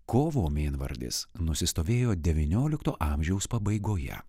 kovo mėnvardis nusistovėjo denyniolikto amžiaus pabaigoje